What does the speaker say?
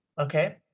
okay